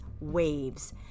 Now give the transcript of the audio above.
waves